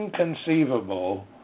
inconceivable